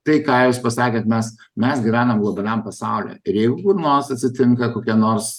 tai ką jūs pasakėt mes mes gyvenam globaliam pasaulyje ir jeigu kur nors atsitinka kokia nors